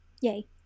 Yay